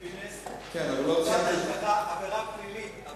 אופיר פינס, שזו עבירה פלילית.